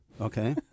okay